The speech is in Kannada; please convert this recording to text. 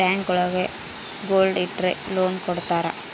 ಬ್ಯಾಂಕ್ ಒಳಗ ಗೋಲ್ಡ್ ಇಟ್ರ ಲೋನ್ ಕೊಡ್ತಾರ